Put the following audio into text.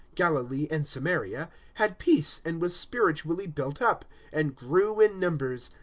galilee and samaria, had peace and was spiritually built up and grew in numbers,